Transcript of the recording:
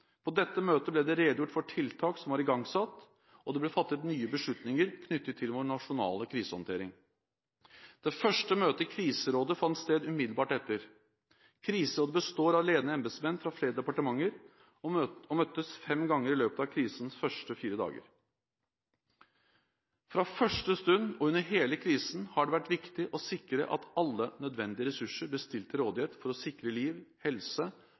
På dette møtet ble det redegjort for tiltak som var igangsatt, og det ble fattet nye beslutninger knyttet til vår nasjonale krisehåndtering. Det første møtet i Kriserådet fant sted umiddelbart etter. Kriserådet består av ledende embetsmenn fra flere departementer, og møttes fem ganger i løpet av krisens første fire dager. Fra første stund – og under hele krisen – har det vært viktig å sikre at alle nødvendige ressurser ble stilt til rådighet for å sikre liv og helse,